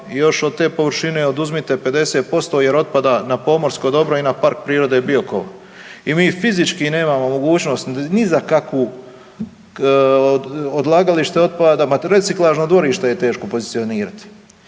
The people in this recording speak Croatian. još od te površine oduzmite 50% jer otpada na pomorsko dobro i na PP Biokovo i mi fizički nemamo mogućnost ni za kakvu odlagalište otpada, ma reciklažno dvorište je teško pozicionirati.